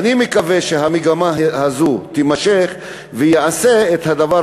ואני מקווה שהמגמה הזאת תימשך וייעשה הדבר